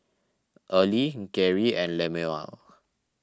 Early Geri and Lemuel